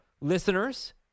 listeners